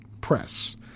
press